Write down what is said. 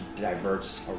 diverts